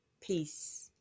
Peace